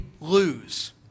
lose